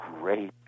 great